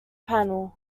panel